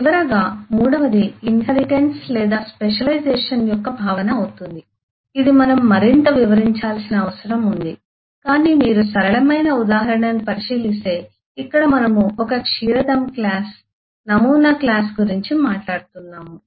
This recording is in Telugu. చివరగా మూడవది ఇన్హెరిటెన్స్ లేదా స్పెషలైజేషన్ యొక్క భావన అవుతుంది ఇది మనము మరింత వివరించాల్సిన అవసరం ఉంది కానీ మీరు సరళమైన ఉదాహరణను పరిశీలిస్తే ఇక్కడ మనము ఒక క్షీరదం క్లాస్ నమూనా క్లాస్ గురించి మాట్లాడుతున్నాము